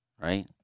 right